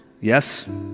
Yes